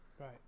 right